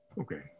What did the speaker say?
Okay